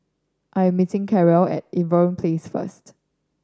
I am meeting Carroll at Irving Place first